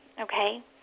Okay